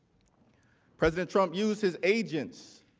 president trump used his agents,